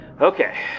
Okay